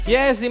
Yes